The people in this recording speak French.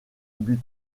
but